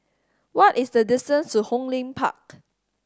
what is the distance to Hong Lim Park